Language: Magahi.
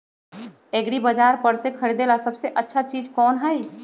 एग्रिबाजार पर से खरीदे ला सबसे अच्छा चीज कोन हई?